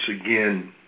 again